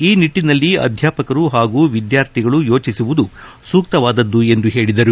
ಈ ನಿಟ್ಟನಲ್ಲಿ ಅಧ್ಯಾಪಕರು ಹಾಗೂ ವಿದ್ಯಾರ್ಥಿಗಳು ಯೋಟಿಸುವುದು ಸೂಕ್ತವಾದದ್ದು ಎಂದು ಹೇಳಿದರು